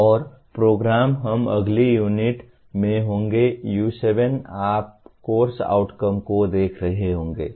और प्रोग्राम हम अगली यूनिट में होंगे U7 आप कोर्स आउटकम को देख रहे होंगे